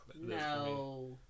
No